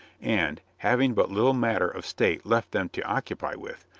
and, having but little matter of state left them to occupy with,